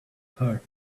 heart